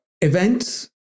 events